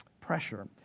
Pressure